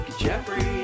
Jeffrey